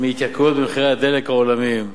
מעליית מחירי הדלק העולמיים.